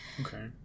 Okay